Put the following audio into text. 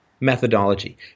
methodology